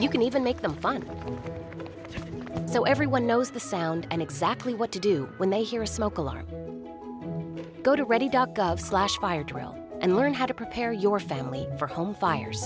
you can even make them fun so everyone knows the sound and exactly what to do when they hear a smoke alarm go to ready dot gov slash fire drill and learn how to prepare your family for home fires